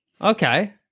Okay